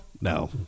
No